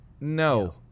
No